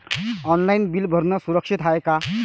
Online bill भरनं सुरक्षित हाय का?